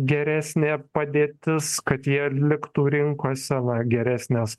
geresnė padėtis kad jie liktų rinkose na geresnės